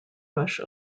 rush